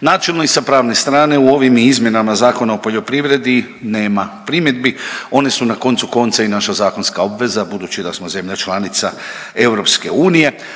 Načelno i sa pravne strane u ovim je izmjenama Zakon o poljoprivredni nema primjedbi. One su na koncu konca i naša zakonska obveza budući da smo zemlja članica EU,